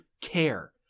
care